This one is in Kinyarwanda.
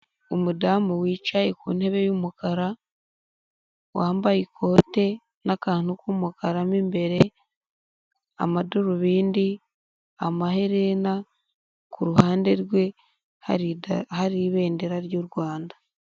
Umudamu wicaye ku ntebe y'umukara, wambaye ikote, n'akantu k'umukara mu imbere, amadarubindi, amaherena, ku ruhande rwe hari ibendera ry'u Rwanda.